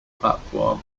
platform